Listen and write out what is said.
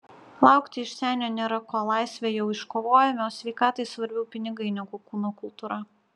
laukti iš senio nėra ko laisvę jau iškovojome o sveikatai svarbiau pinigai negu kūno kultūra